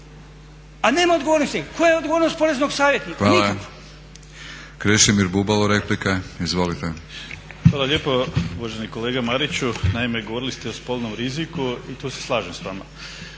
a nema odgovornost nikakvu. Koja je odgovornost poreznog savjetnika? Nikakva!